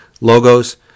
logos